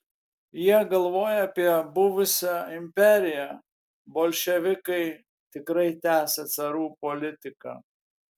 jie galvoja apie buvusią imperiją bolševikai tikrai tęsią carų politiką